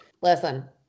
Listen